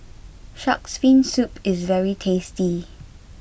shark's fin soup is very tasty